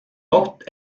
oht